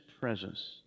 presence